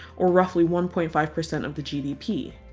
or roughly one point five percent of the gdp.